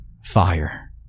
Fire